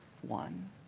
one